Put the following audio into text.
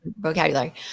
vocabulary